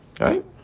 right